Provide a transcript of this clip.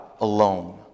alone